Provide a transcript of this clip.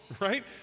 right